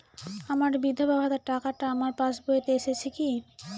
আমার বিধবা ভাতার টাকাটা আমার পাসবইতে এসেছে কি?